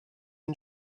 une